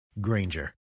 Granger